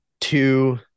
two